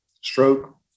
stroke